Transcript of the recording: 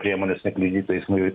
priemonės nekliudytų eismui